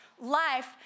life